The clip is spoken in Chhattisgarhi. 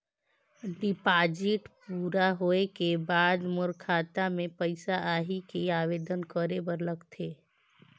डिपॉजिट पूरा होय के बाद मोर खाता मे पइसा आही कि आवेदन करे बर लगथे?